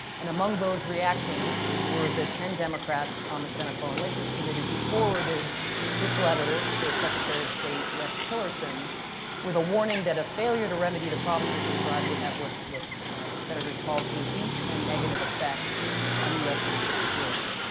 and among those reacting were the ten democrats on the senate foreign relations committee who forwarded this letter to secretary of state rex tillerson with a warning that a failure to remedy the problems it described would have what the senators called a deep and negative affect on us national security.